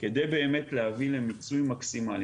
כדי באמת להביא למיצוי מקסימלי.